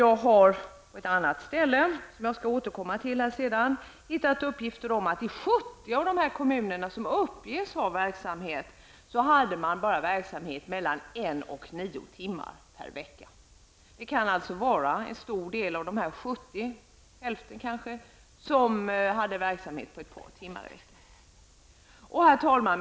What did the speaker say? Jag har på ett annat ställe, som jag skall återkomma till, hittat uppgifter om att man i 70 av de kommuner som uppges ha verksamhet bara hade verksamhet mellan en och nio timmar per vecka. En stor del av de här 70 kommunerna, kanske hälften, kan ha verksamhet på ett par timmar i veckan.